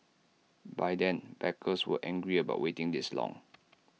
by then backers were angry about waiting this long